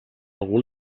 algú